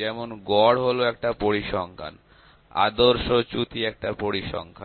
যেমন গড় হল একটা পরিসংখ্যান আদর্শচ্যুতি একটা পরিসংখ্যান